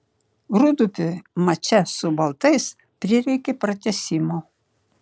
rūdupiui mače su baltais prireikė pratęsimo